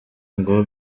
ngo